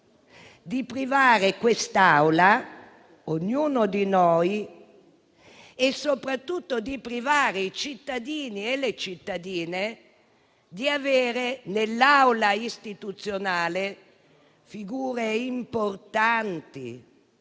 di privare quest'Assemblea, ognuno di noi e soprattutto i cittadini e le cittadine di avere nell'Aula istituzionale figure importanti,